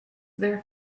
their